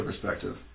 perspective